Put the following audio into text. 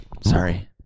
Sorry